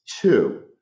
Two